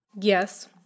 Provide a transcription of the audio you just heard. Yes